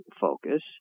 focus